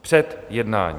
Před jednáním.